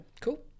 Cool